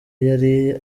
yari